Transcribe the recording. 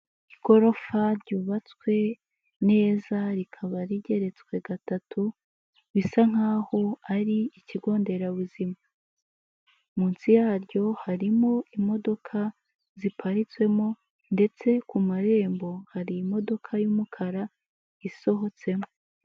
Igorofa ryubatswe neza rikaba rigeretswe gatatu, bisa nk'aho ari ikigo nderabuzima, munsi yaryo harimo imodoka ziparitsemo, ndetse ku marembo harimo y'umukara isohotsemo.